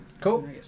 Cool